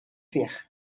fih